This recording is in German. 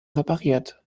repariert